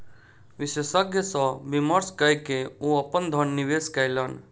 विशेषज्ञ सॅ विमर्श कय के ओ अपन धन निवेश कयलैन